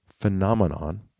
phenomenon